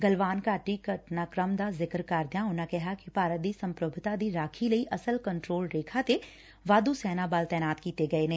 ਗਲਵਾਨ ਘਾਟੀ ਘਟਨਾਕੁਮ ਦਾ ਜ਼ਿਕਰ ਕਰਦਿਆਂ ਉਨਾਂ ਕਿਹਾ ਕਿ ਭਾਰਤ ਦੀ ਸੰਪੁਭੁਤਾ ਦੀ ਰਾਖੀ ਲਈ ਅਸਲ ਕੰਟਰੋਲ ਰੇਖਾ ਤੇ ਵਾਧੁ ਸੈਨਾ ਬਲ ਤੈਨਾਤ ਕੀਤੇ ਗਏ ਨੇ